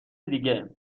دیگه